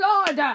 Lord